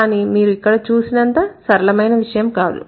కానీ మీరు ఇక్కడ చూసినంత సరళమైన విషయం కాదు